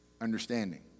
understanding